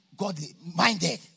God-minded